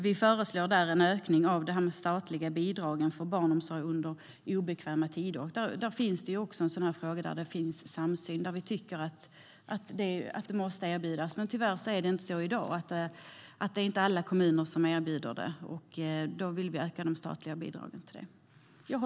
Vi föreslår en ökning av de statliga bidragen för barnomsorg under obekväma tider. Detta är också en fråga där det finns samsyn, där vi tycker att det måste erbjudas. Men tyvärr är det inte så i dag. Det är inte alla kommuner som erbjuder det. Därför vill vi öka de statliga bidragen till detta.